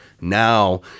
now